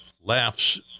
laughs